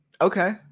okay